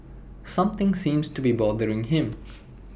something seems to be bothering him